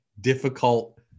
difficult